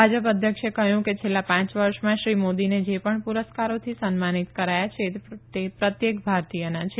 ભાજપ અધ્યક્ષે કહ્યું કે છેલ્લા પાંચ વર્ષમાં શ્રી મોદીને જે પણ પુરસ્કારોથી સન્માનિત કરાયા છે તે પ્રત્યેક ભારતીયના છે